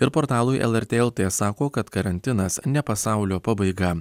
ir portalui lrt lt sako kad karantinas ne pasaulio pabaiga